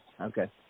Okay